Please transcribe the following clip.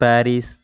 Paris